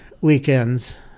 weekends